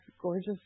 gorgeous